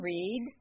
Read